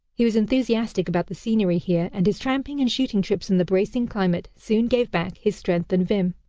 he was enthusiastic about the scenery here, and his tramping and shooting trips in the bracing climate soon gave back his strength and vim.